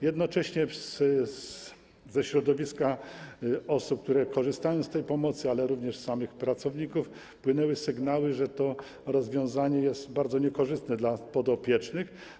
Jednocześnie ze środowiska osób, które korzystają z tej pomocy, ale również ze środowiska samych pracowników płynęły sygnały, że to rozwiązanie jest bardzo niekorzystne dla podopiecznych.